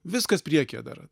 viskas priekyje dar